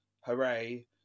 Hooray